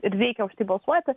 ir reikia už tai balsuoti